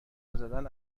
نزدن